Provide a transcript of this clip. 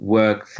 work